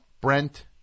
Brent